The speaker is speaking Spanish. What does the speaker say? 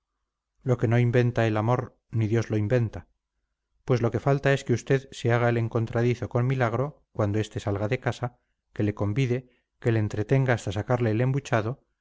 lo que no inventa el amor ni dios lo inventa pues lo que falta es que usted se haga el encontradizo con milagro cuando este salga de casa que le convide que le entretenga hasta sacarle el embuchado